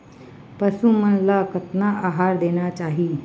पशु मन ला कतना आहार देना चाही?